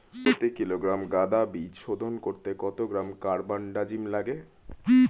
প্রতি কিলোগ্রাম গাঁদা বীজ শোধন করতে কত গ্রাম কারবানডাজিম লাগে?